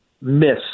miss